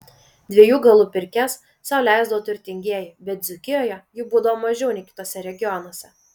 dviejų galų pirkias sau leisdavo turtingieji bet dzūkijoje jų būdavo mažiau nei kituose regionuose